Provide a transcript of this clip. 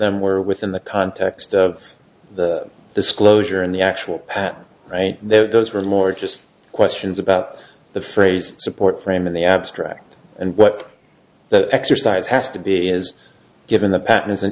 them were within the context of the disclosure and the actual path right there those were more just questions about the phrase support frame in the abstract and what the exercise has to be is given the pattern is an